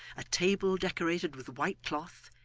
a table decorated with white cloth,